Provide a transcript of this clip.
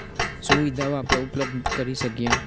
સુવિધાઓ આપણે ઉપલબ્ધ કરી શકીએ